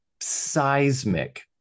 seismic